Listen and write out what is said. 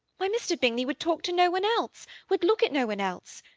why, mr. bingley would talk to no one else would look at no one else.